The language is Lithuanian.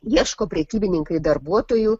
ieško prekybininkai darbuotojų